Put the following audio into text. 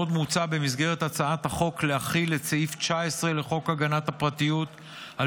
עוד מוצע במסגרת הצעת החוק להחיל את סעיף 19 לחוק הגנת הפרטיות על